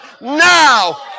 now